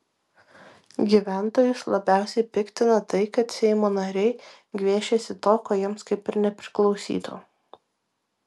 gyventojus labiausiai piktina tai kad seimo nariai gviešiasi to ko jiems kaip ir nepriklausytų